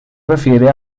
refiere